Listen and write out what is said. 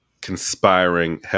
conspiring